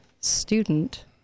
student